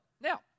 Now